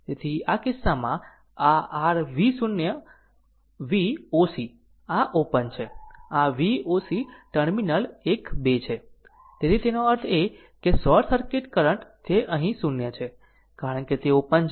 તેથી આ કિસ્સામાં આ r V o c આ ઓપન છે આ v o c ટર્મિનલ 1 2 છે તેથી તેનો અર્થ એ કે શોર્ટ સર્કિટ કરંટ તે અહીં 0 છે કારણ કે તે ઓપન છે